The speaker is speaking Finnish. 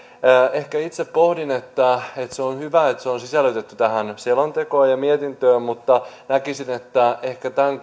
ehkä itse pohdin että se on hyvä että hävikki on sisällytetty tähän selontekoon ja mietintöön mutta näkisin että ehkä tämän